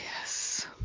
Yes